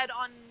on